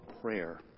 prayer